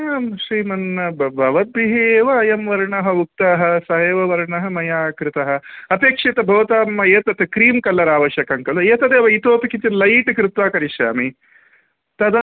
नां श्रीमन् बवद्भिः एव अयं वर्णम् उक्तं सः एव वर्णं मया कृतं अपेक्षितं भवतां एतत् क्रीम् कलर् आवश्यकं खलु एतदेव इतोपि किञ्चित् लैट् कृत्वा करिष्यामि तदा